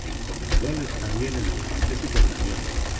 encomendóles también el infante su población